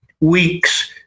weeks